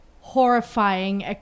horrifying